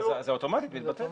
אז זה אוטומטית מתבטל.